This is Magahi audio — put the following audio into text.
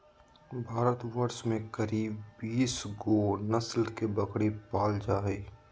भारतवर्ष में करीब बीस गो नस्ल के बकरी पाल जा हइ